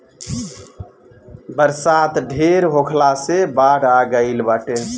बरसात ढेर होखला से बाढ़ आ गइल बाटे